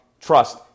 trust